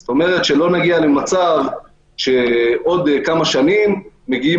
זאת אומרת שלא נגיע למצב שבעוד כמה שנים מגיעים